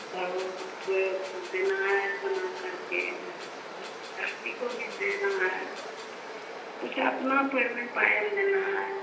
बहु को देना है बनाकर के लड़की को भी देना है कुछ अपना पैर में पायल लेना है